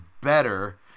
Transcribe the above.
better